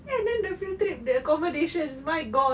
and then the field trip the accommodations my god